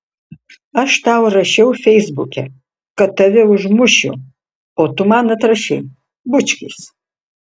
aš tau rašiau feisbuke kad tave užmušiu o tu man atrašei bučkis